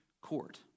court